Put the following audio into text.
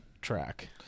track